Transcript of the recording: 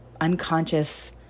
unconscious